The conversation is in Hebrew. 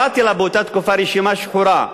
שבאותה תקופה קראתי לה "רשימה שחורה"